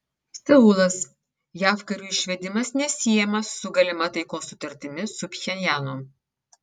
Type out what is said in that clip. seulas jav karių išvedimas nesiejamas su galima taikos sutartimi su pchenjanu